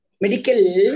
medical